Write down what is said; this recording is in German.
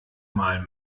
mal